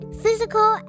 physical